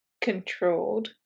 controlled